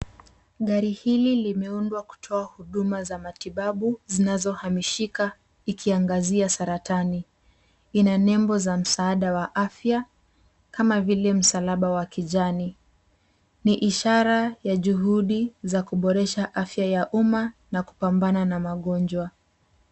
Gari hili limeundwa kutoa huduma za matibabu, zinazohamishika ikiangazia saratani. Ina nembo za msaada wa afya, kama vile msalaba wa kijani. Ni ishara ya juhudi za kuboresha afya ya umma na kupambana na magonjwa.